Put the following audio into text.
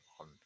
on